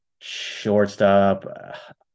shortstop